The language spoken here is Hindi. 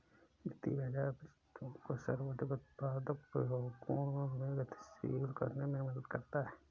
वित्तीय बाज़ार बचतों को सर्वाधिक उत्पादक उपयोगों में गतिशील करने में मदद करता है